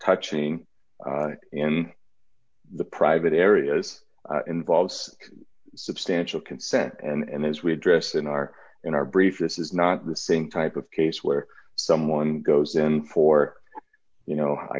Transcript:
touching in the private areas involves substantial consent and as we address in our in our brief this is not the same type of case where someone goes i'm for you know i